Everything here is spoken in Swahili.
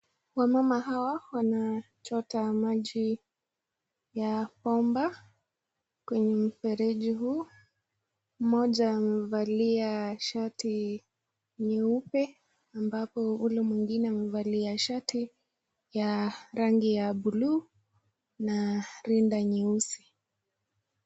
Wamama hao wanacota maji kwenye mfereji huu moja amevalia, shati nyeupe ambapo, mwingine amevalia shati ya rangi ya blue ,na rinda nyeusi.